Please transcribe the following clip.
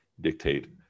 dictate